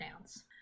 dance